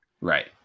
Right